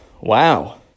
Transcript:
wow